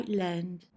land